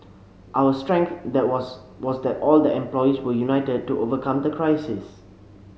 our strength that was was that all the employees were united to overcome the crisis